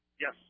Yes